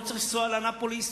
לא צריך לנסוע לאנאפוליס,